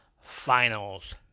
finals